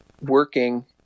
working